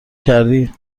کردی